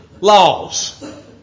laws